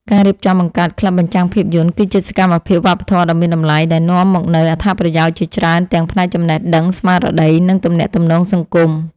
ការរៀបចំបង្កើតក្លឹបបញ្ចាំងភាពយន្ត គឺជាសកម្មភាពវប្បធម៌ដ៏មានតម្លៃ ដែលនាំមកនូវអត្ថប្រយោជន៍ជាច្រើនទាំងផ្នែកចំណេះដឹង ស្មារតី និងទំនាក់ទំនងសង្គម។